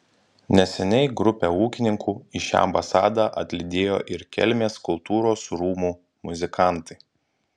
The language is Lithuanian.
neseniai grupę ūkininkų į šią ambasadą atlydėjo ir kelmės kultūros rūmų muzikantai